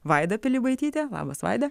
vaida pilibaitytė labas vaida